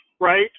right